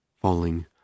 falling